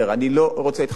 אני לא רוצה להתחמק,